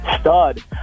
stud